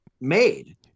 made